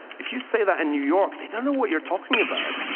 if you say that in new york, they don't know what you're talking about.